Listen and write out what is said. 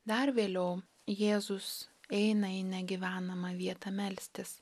dar vėliau jėzus eina į negyvenamą vietą melstis